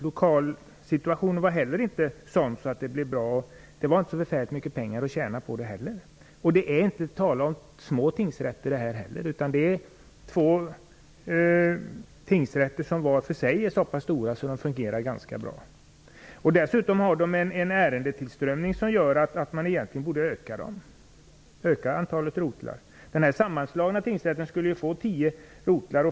Inte heller lokalsituationen var sådan att en sammanslagning skulle bli bra. Man skulle inte tjäna så mycket. Det är inte fråga om små tingsrätter, utan de är var för sig så pass stora att de fungerar ganska bra. Ärendetillströmningen gör att man på dessa tingsrätter egentligen borde öka antalet rotlar. Den sammanslagna tingsrätten skulle få tio rotlar.